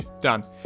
Done